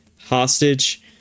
hostage